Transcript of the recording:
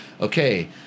Okay